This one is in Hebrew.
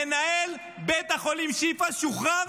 מנהל בית החולים שיפא שוחרר,